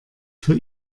für